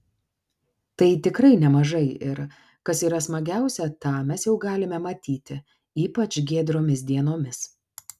tai tikrai nemažai ir kas yra smagiausia tą mes jau galime matyti ypač giedromis dienomis